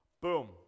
Boom